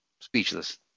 speechless